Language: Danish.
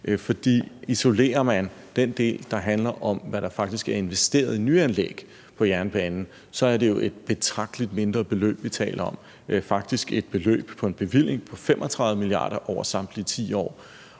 For isolerer man den del, der handler om, hvad der faktisk er investeret i nyanlæg på jernbanen, så er det jo et betragteligt mindre beløb, vi taler om, faktisk et beløb, en bevilling på 35 mia. kr. over samtlige 10 år